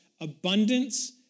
Abundance